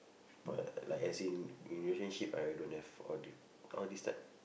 but like as in relationship I don't have all th~ all this type